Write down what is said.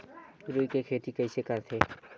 रुई के खेती कइसे करथे?